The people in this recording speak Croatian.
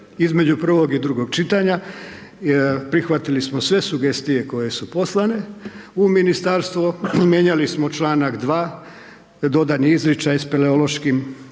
Između prvog i drugog čitanja, prihvatili smo sve sugestije koje su poslane u ministarstvo, mijenjali smo članak 2., dodan je izričaj speleološkim koji